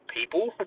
people